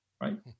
Right